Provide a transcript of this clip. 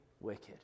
wicked